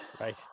Right